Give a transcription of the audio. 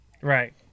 Right